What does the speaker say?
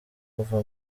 kuva